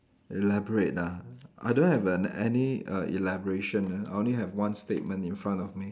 elaborate ah I don't have an any err elaboration err I only have one statement in front of me